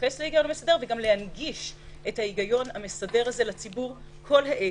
להתייחס להיגיון המסדר וגם להנגיש את ההיגיון המסדר הזה לציבור כל העת,